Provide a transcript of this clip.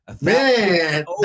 Man